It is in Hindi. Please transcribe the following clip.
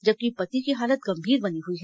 जबकि पति की हालत गंभीर बनी हुई है